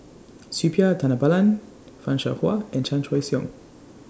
Suppiah Dhanabalan fan Shao Hua and Chan Choy Siong